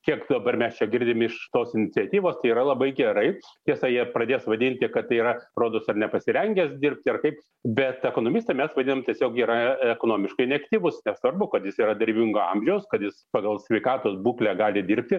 kiek dabar mes čia girdim iš tos iniciatyvos tai yra labai gerai tiesa jie pradės vadinti kad tai yra rodos ar nepasirengęs dirbti ar kaip bet ekonomistai mes vadinam tiesiog yra ekonomiškai neaktyvus nesvarbu kad jis yra darbingo amžiaus kad jis pagal sveikatos būklę gali dirbti